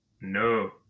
No